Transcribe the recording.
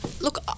look